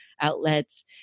outlets